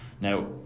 Now